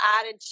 added